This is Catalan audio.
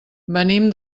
venim